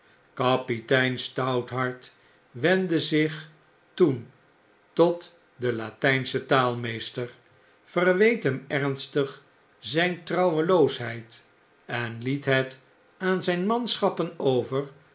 kapitein stouthart wendde zich toen tot den latynschen taalmeester verweet hem ernstig zijn trouweloosheid en liet het aan zyn manschappen over